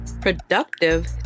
productive